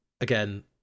Again